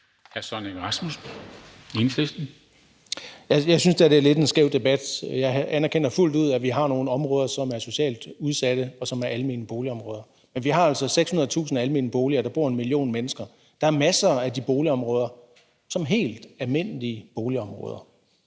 Jeg synes da, det er lidt en skæv debat. Jeg anerkender fuldt ud, at vi har nogle områder, som er socialt udsatte, og som er almene boligområder. Men vi har altså 600.000 almene boliger, og der bor 1 million mennesker. Der er masser af den slags boligområder, som er helt almindelige boligområder,